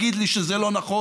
ותגיד לי שזה לא נכון.